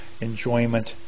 enjoyment